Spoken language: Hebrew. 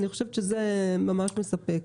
אני חושבת שזה ממש מספק.